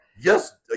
Yes